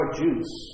juice